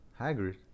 Hagrid